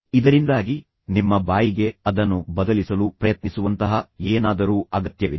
ಇದರಿಂದಾಗಿ ನಿಮ್ಮ ಬಾಯಿಗೆ ಅದನ್ನು ಬದಲಿಸಲು ಪ್ರಯತ್ನಿಸುವಂತಹ ಏನಾದರೂ ಅಗತ್ಯವಿದೆ